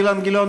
אילן גילאון,